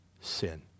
sin